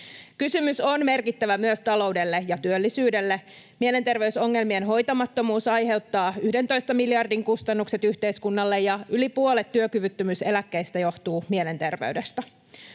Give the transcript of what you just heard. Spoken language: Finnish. Kysymys on merkittävä myös taloudelle ja työllisyydelle. Mielenterveysongelmien hoitamattomuus aiheuttaa 11 miljardin kustannukset yhteiskunnalle, ja yli puolet työkyvyttömyyseläkkeistä johtuu mielenterveydestä.